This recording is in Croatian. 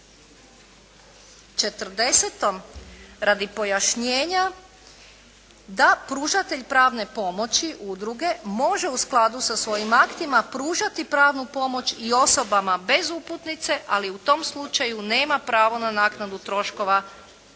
40. radi pojašnjenja da pružatelj pravne pomoći udruge može u skladu sa svojim aktima pružati pravnu pomoć i osobama bez uputnice, ali u tom slučaju nema pravo na naknadu troškova iz